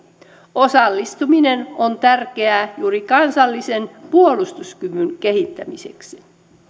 osallistuminen on tärkeää juuri kansallisen puolustuskyvyn kehittämiseksi